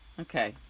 Okay